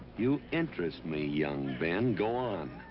you interest me, young ben. go on.